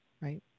right